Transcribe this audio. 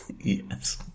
Yes